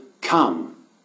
come